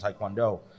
taekwondo